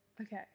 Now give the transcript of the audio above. Okay